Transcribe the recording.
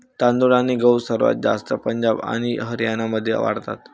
तांदूळ आणि गहू सर्वात जास्त पंजाब आणि हरियाणामध्ये वाढतात